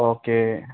okay